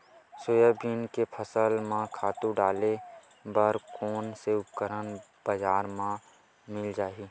Soybean के फसल म खातु डाले बर कोन से उपकरण बजार म मिल जाहि?